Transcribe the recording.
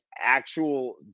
actual